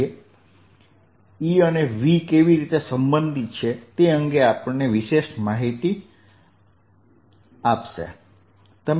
જે E અને V કેવી રીતે સંબંધિત છે તે અંગે આપણને વિશેષ માહિતી આપશે